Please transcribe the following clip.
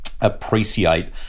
appreciate